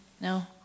No